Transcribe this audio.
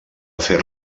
fer